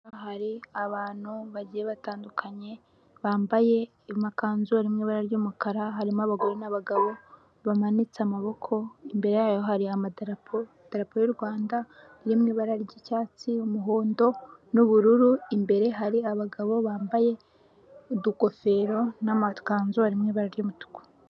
Aha hari abantu bagiye batandukanye bambaye amakanzu ari mu ibara ry'umukara, harimo abagore n'abagabo bamanitse amaboko. Imbere yayo hari amadarapo. Idarapo y'u Rwanda iri mu ibara ry'icyatsi, umuhondo n'ubururu. Imbere hari abagabo bambaye utugofero n'amakanzu ari mu ibara ry'umutuku.